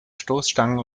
stoßstangen